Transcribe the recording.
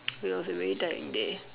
it was a very tiring day